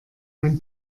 ein